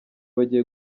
bagiye